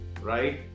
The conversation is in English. right